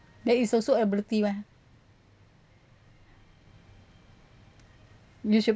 that is also ability mah you should